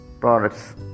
products